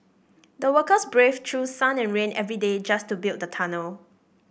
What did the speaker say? the workers braved through sun and rain every day just to build the tunnel